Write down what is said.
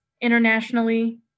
internationally